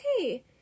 okay